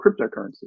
cryptocurrency